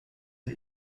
der